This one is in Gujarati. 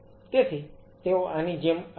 તેથી તેઓ આની જેમ આવે છે